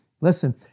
Listen